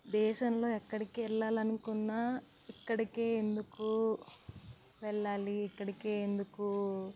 దేశంలో ఎక్కడికి వెళ్ళాలని అనుకున్నా ఇక్కడికే ఎందుకు వెళ్ళాలి ఇక్కడికే ఎందుకు